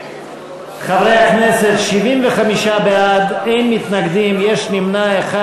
חברי הכנסת, 75 בעד, אין מתנגדים, יש נמנע אחד.